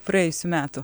praėjusių metų